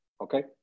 Okay